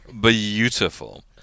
beautiful